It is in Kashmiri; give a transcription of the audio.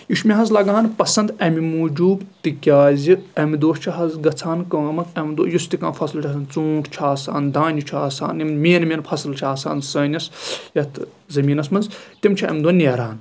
یہِ چھُ مےٚ حظ لگان پسنٛد اَمہِ موٗجوٗب تِکیازِ امہِ دۄہ چھ حظ گژھان کٲم یُس تہِ کانٛہہ فَصٕل چھُ آسان ژوٗنٹھ چھُ آسان دانہِ چھُ آسان یِم مین مین فَصٕل چھِ آسان سٲنِس یَتھ زٔمیٖنس منٛز تِم چھِ اَمہِ دۄہ نیران